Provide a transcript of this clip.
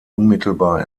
unmittelbar